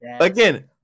Again